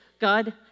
God